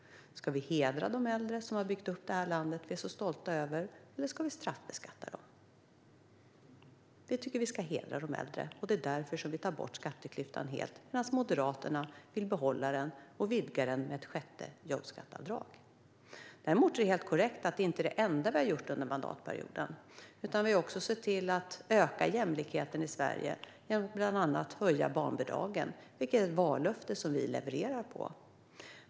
Ska vi hedra de äldre, som har byggt upp det här landet som vi är så stolta över, eller ska vi straffbeskatta dem? Vi tycker att vi ska hedra de äldre. Det är därför vi tar bort skatteklyftan helt, medan Moderaterna vill behålla den och vidga den med ett sjätte jobbskatteavdrag. Däremot är det helt korrekt att det inte är det enda vi har gjort under mandatperioden. Vi har också sett till att öka jämlikheten i Sverige genom att bland annat höja barnbidragen, vilket var ett vallöfte som vi levererar på.